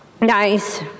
nice